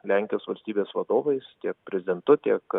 lenkijos valstybės vadovais tiek prezidentu tiek